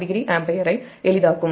60ஆம்பியரை எளிதாக்கும்